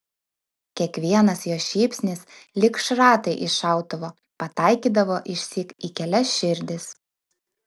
kiekvienas jos šypsnys lyg šratai iš šautuvo pataikydavo išsyk į kelias širdis